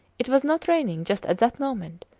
it was not raining just at that moment,